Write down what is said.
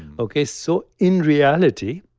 okay? so in reality,